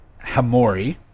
Hamori